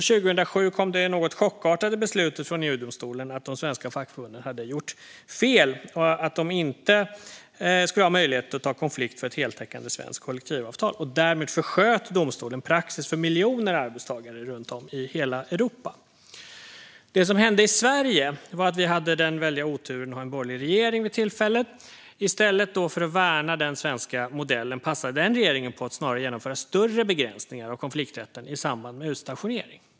År 2007 kom det chockartade beslutet från EU-domstolen att de svenska fackförbunden hade gjort fel och att de inte skulle ha möjlighet att ta konflikt för ett heltäckande svenskt kollektivavtal. Därmed försköt domstolen praxis för miljoner arbetstagare runt om i Europa. Det som hände i Sverige var att vi hade den väldiga oturen att ha en borgerlig regering vid tillfället. I stället för att värna den svenska modellen passade den regeringen på att snarare genomföra större begränsningar av konflikträtten i samband med utstationering.